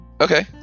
Okay